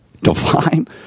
Divine